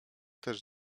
też